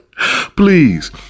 Please